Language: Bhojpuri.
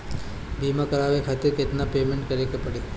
बीमा करावे खातिर केतना पेमेंट करे के पड़ी?